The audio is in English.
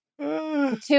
two